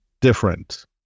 different